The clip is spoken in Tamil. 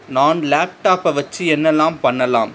நான் லேப்டாப்பை வச்சு என்னலாம் பண்ணலாம்